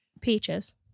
peaches